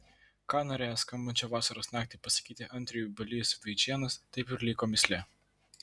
ką norėjo skambančią vasaros naktį pasakyti andriui balys vaičėnas taip ir liko mįslė